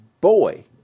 boy